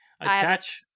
attach